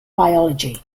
biology